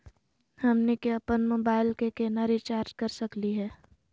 हमनी के अपन मोबाइल के केना रिचार्ज कर सकली हे?